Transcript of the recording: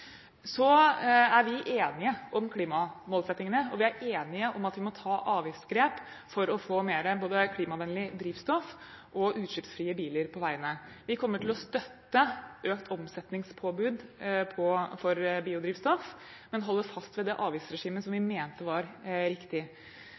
Så er vi enige om klimamålsettingene, og vi er enige om at vi må ta avgiftsgrep for å få både mer klimavennlig drivstoff og flere utslippsfrie biler på veiene. Vi kommer til å støtte økt omsetningspåbud for biodrivstoff, men holder fast ved det avgiftsregimet som vi